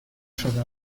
شده